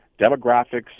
demographics